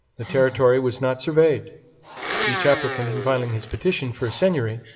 the territory was not surveyed each applicant, in filing his petition for a seigneury,